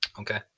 Okay